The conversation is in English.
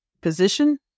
position